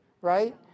right